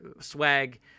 swag